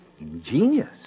Ingenious